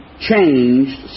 changed